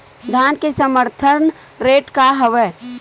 धान के समर्थन रेट का हवाय?